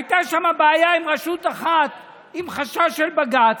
הייתה שם בעיה עם רשות אחת, עם חשש של בג"ץ.